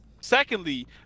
Secondly